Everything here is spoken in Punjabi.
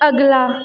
ਅਗਲਾ